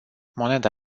moneda